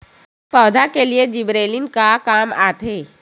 पौधा के लिए जिबरेलीन का काम आथे?